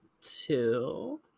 Two